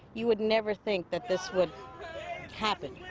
you would never think that this would happen.